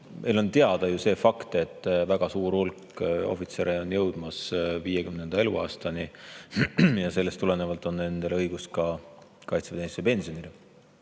meile on ju teada fakt, et väga suur hulk ohvitsere on jõudmas 50. eluaastani ja sellest tulenevalt on nendel õigus kaitseväeteenistuse pensionile.